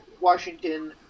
Washington